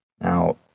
Now